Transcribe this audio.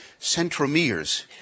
centromeres